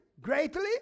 greatly